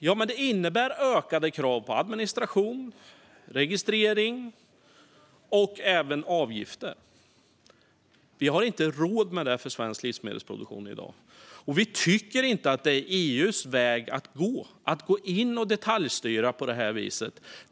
Det skulle innebära ökade krav på administration, registrering och även avgifter. Vi har inte råd med det för svensk livsmedelsproduktion i dag. Vi tycker inte att det är EU:s väg att gå att gå in och detaljstyra på det här viset.